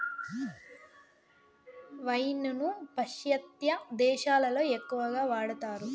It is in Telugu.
వైన్ ను పాశ్చాత్య దేశాలలో ఎక్కువగా వాడతారు